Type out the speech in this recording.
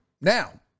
Now